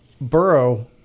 Burrow